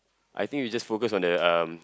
I think you just focus on the um